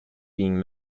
being